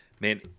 man